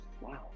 Wow